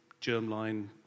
germline